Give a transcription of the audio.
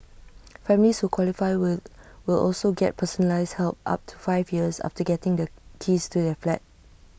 families who qualify will will also get personalised help up to five years after getting the keys to their flat